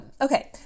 okay